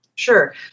Sure